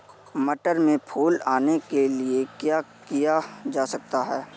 मटर में फूल आने के लिए क्या किया जा सकता है?